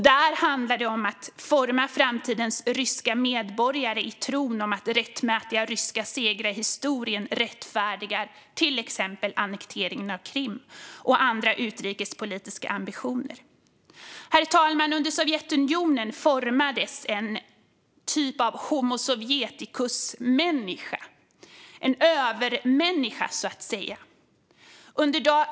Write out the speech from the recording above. Där handlar det om att forma framtidens ryska medborgare i tron att rättmätiga ryska segrar i historien rättfärdigar till exempel annekteringen av Krim och andra utrikespolitiska ambitioner. Herr talman! Under Sovjetunionen formades en typ av homo sovjeticus-människa - en övermänniska, så att säga.